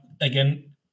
again